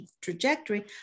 trajectory